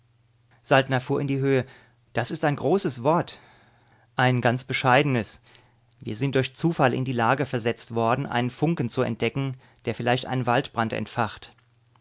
saltner fuhr in die höhe das ist ein großes wort ein ganz bescheidenes wir sind durch zufall in die lage versetzt worden einen funken zu entdecken der vielleicht einen weltbrand entfacht